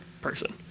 person